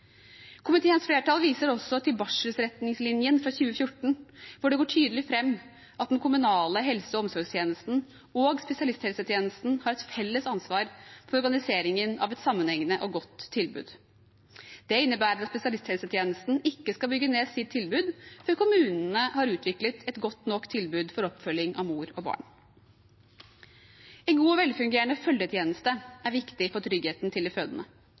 Komiteens flertall viser også til barselsretningslinjen fra 2014, hvor det går tydelig fram at den kommunale helse- og omsorgstjenesten og spesialisthelsetjenesten har et felles ansvar for organiseringen av et sammenhengende og godt tilbud. Det innebærer at spesialisthelsetjenesten ikke skal bygge ned sitt tilbud før kommunene har utviklet et godt nok tilbud for oppfølging av mor og barn. En god og velfungerende følgetjeneste er viktig for tryggheten til de fødende.